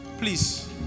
please